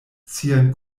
sian